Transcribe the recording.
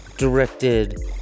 Directed